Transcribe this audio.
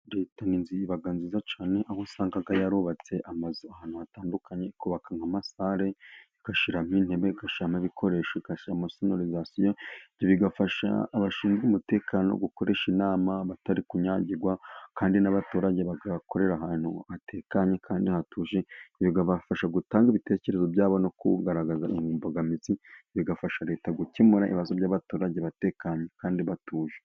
Leta iba nziza cyane, aho usanga yarubatse amazu ahantu hatandukanye, hakubakwa nk' amasalle. Izo nzu ziba zifite intebe, ibikoresho by’akazi, igashyiramo na sonorisation. Ibyo bigafasha abashinzwe umutekano gukoresha inama batanyagirirwa hanze. Abaturage nabo babasha kuhakorera mu mutuzo, kandi hatekanye. Ibyo biyubaka bifasha abaturage gutanga ibitekerezo byabo no kugaragaza imbogamizi bahura na zo. Ibi bigafasha Leta gukemura ibibazo by’abaturage mu buryo butekanye kandi batuje.